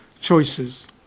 choices